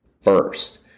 first